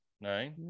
nine